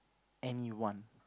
anyone